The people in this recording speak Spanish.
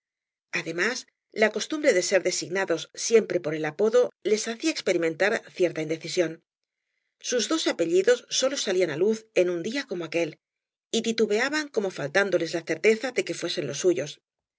además la cobtumbre de eer designados siempre por el apodo les bacía experimentar cierta indecisión sus dos apellidos sólo salían á li z en un día como aquel y titubeaban como faltándoles la certeza de que fuesen los suyos